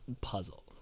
puzzle